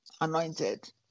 anointed